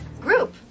Group